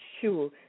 sure